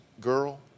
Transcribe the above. girl